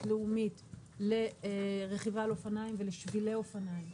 לאומית לרכיבה על אופניים ולשבילי אופניים.